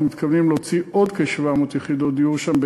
אנחנו מתכוונים להוציא עוד כ-700 יחידות דיור שם,